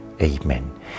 Amen